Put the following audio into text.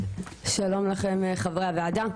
שלום לחברי הוועדה,